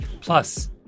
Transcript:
Plus